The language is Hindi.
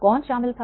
कौन शामिल था